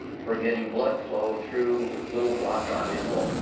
for getting blood flow through little blocked arteries. well,